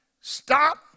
stop